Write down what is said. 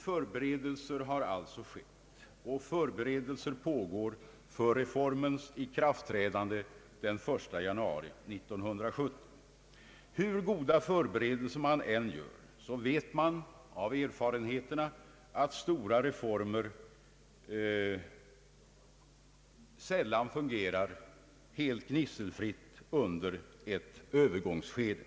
Förberedelser har alltså skett, och förberedelser pågår för reformens ikraftträdande den 1 januari 1970. Hur goda förberedelser man än gör, vet man av erfarenheterna att stora reformer sällan fungerar helt gnisselfritt under ett övergångsskede.